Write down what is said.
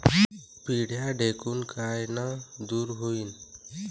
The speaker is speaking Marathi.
पिढ्या ढेकूण कायनं दूर होईन?